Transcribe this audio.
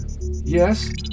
Yes